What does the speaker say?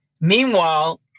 Meanwhile